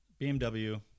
bmw